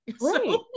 Right